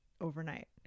overnight